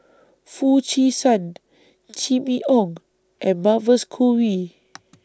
Foo Chee San Jimmy Ong and Mavis Khoo Oei